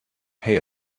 pay